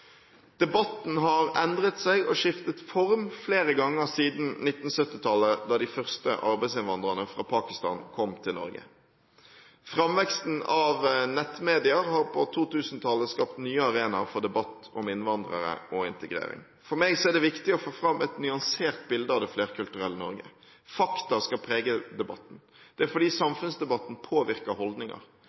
Debatten har endret seg og skiftet form flere ganger siden 1970-tallet, da de første arbeidsinnvandrerne fra Pakistan kom til Norge. Framveksten av nettmedia har på 2000-tallet skapt nye arenaer for debatt om innvandrere og integrering. For meg er det viktig å få fram et nyansert bilde av det flerkulturelle Norge. Fakta skal prege debatten. Det er fordi samfunnsdebatten påvirker holdninger.